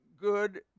good